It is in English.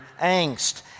angst